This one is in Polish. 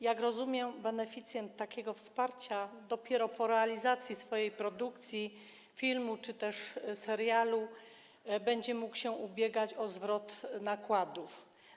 Jak rozumiem, beneficjent takiego wsparcia dopiero po realizacji swojej produkcji filmu czy też serialu będzie mógł ubiegać się o zwrot nakładów.